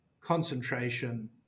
concentration